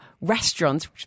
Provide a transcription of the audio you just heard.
restaurants